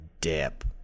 dip